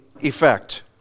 effect